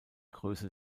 größe